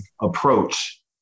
approach